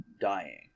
dying